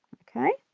okay